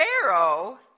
Pharaoh